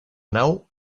nau